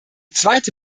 zweite